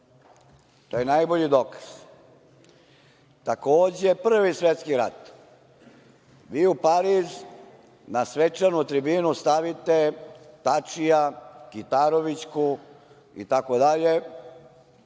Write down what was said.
To je najbolji dokaz. Takođe, Prvi svetski rat, vi u Pariz na svečanu tribinu stavite Tačija, Kitarovićku itd,